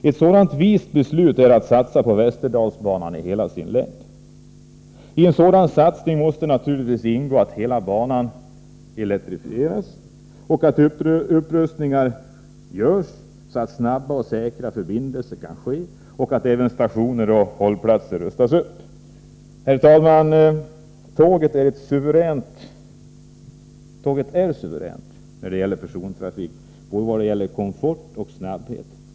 Ett sådant vist beslut är att satsa på Västerdalsbanan i hela dess längd. I en sådan satsning måste naturligtvis ingå att hela banan elektrifieras och att upprustningar görs för snabba och säkra förbindelser samt att stationer och hållplatser rustas upp. Herr talman! Tåget är suveränt när det gäller persontrafik i fråga om både komfort och snabbhet.